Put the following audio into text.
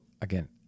again